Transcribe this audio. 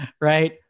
right